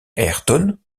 ayrton